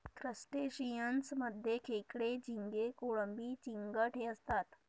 crustaceans मध्ये खेकडे, झिंगे, कोळंबी, चिंगट हे असतात